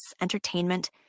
entertainment